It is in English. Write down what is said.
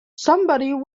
somebody